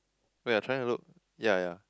where I trying to look ya ya